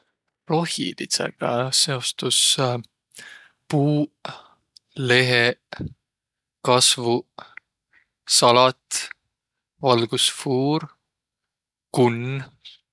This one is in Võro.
Rohilidsõga seostus puuq, leheq, kasvuq, salat, valgusfuur, kunn.